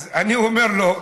אז אני אומר לו: